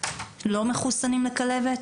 לא מחוסנים לכלבת,